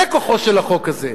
זה כוחו של החוק הזה,